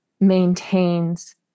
maintains